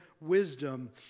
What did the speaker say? wisdom